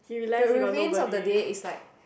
the remains of the dead is like